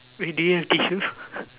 wait do you have tissue